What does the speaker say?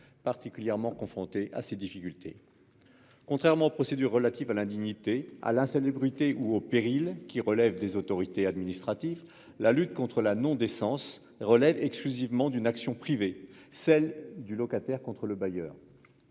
particulièrement confrontés à ces difficultés. Contrairement aux procédures relatives à l'indignité, à l'insalubrité ou au péril, qui relèvent des autorités administratives, la lutte contre la non-décence relève exclusivement d'une action privée, celle du locataire contre le bailleur.